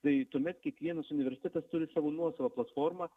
tai tuomet kiekvienas universitetas turi savo nuosavą platformą